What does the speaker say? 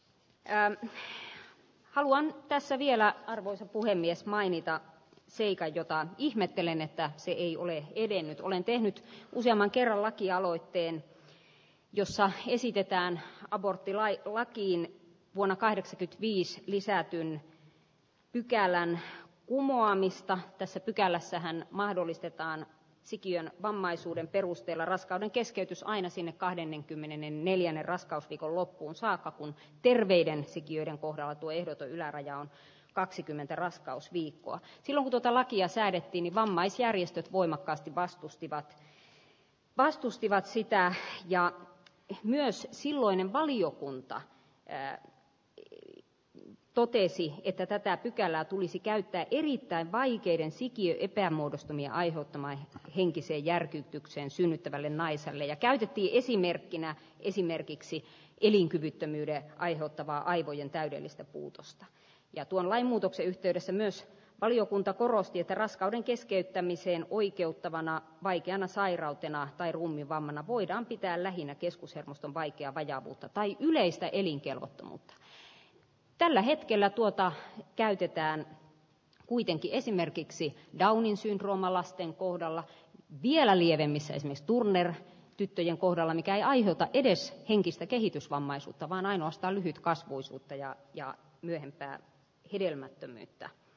tähän haluan tässä vielä arvoisa puhemies mainita siika jota ihmettelen että sii oli edennyt olen tehnyt useamman kerran lakialoitteen jossa esitetään aborttilain lakiin vuonna kaide kytviis lisätyin pykälän humaanista tässä pykälässähän mahdollistetaan sikiön vammaisuuden perusteella raskauden keskeytys on aina siinä kahdennenkymmenennen neljännen raskausviikon loppuun saakka kun terveiden sikiöiden uhrattu ehdoton yläraja on kaksikymmentä raskausviikkoa kelvotonta lakia säädettiini vammaisjärjestöt voimakkaasti vastustivat vastustivat sitä ääneen ja hänen silloinen valiokunta jää lill ja totesi että tätä pykälää tulisi käyttää limittäin vaikeiden sikiön epämuodostumia aiheuttaman henkisen järkytyksen synnyttävälle naiselle ja käytti esimerkkinä esimerkiksi elinkyvyttömyyden aiheuttava aivojen täydellistä muutosta ja tuon lain muutoksen yhteydessä myös valiokunta korosti että raskauden keskeyttämiseen oikeuttavana vaikeana sairautena tai ruumiinvammana voidaan pitää lähinnä keskushermoston vaikeaa vajavuutta tai yhteistä elinkelvottomuutta ja tällä hetkellä tuota käytetään kuitenkin esimerkiksi daunin syndrooma lasten kohdalla vihiä väljenemisen turner tyttöjen kohdalla mikä ei aiheuta edes henkistä kehitysvammaisuutta vaan ainoastaan lyhytkasvuisuutta ja ja myöhempää hedelmättömyyttä